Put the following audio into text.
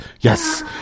Yes